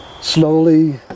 Slowly